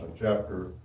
chapter